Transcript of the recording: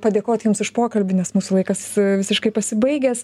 padėkot jums už pokalbį nes mūsų laikas visiškai pasibaigęs